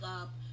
up